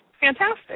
fantastic